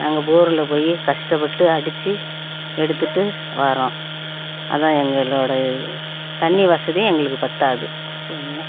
நாங்கள் போரில் போய் கஷ்டப்பட்டு அடித்து எடுத்துகிட்டு வரோம் அதான் எங்களோட இது தண்ணி வசதி எங்களுக்கு பற்றாது போதும்ங்களா